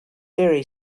very